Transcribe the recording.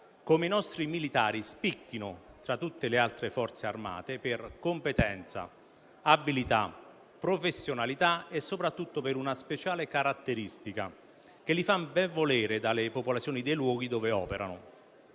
come i nostri militari spicchino, fra tutte le altre Forze armate, per competenza, abilità, professionalità e soprattutto per una speciale caratteristica, che li fa ben volere dalle popolazioni dei luoghi dove operano